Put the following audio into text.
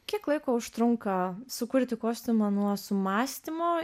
kiek laiko užtrunka sukurti kostiumą nuo sumąstymo